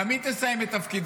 גם היא תסיים את תפקידה.